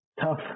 tough